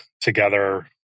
together